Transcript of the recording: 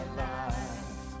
life